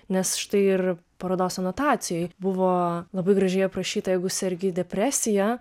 nes štai ir parodos anotacijoj buvo labai gražiai aprašyta jeigu sergi depresija